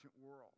world